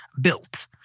built